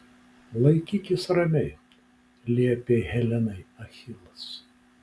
laikykis ramiai liepė helenai achilas